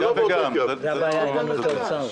אתם לא מדברים על אותו דבר.